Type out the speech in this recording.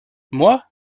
moi